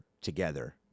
together